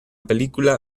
película